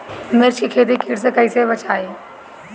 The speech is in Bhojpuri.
मिर्च के खेती कीट से कइसे बचाई?